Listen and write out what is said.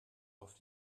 auf